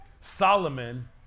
Solomon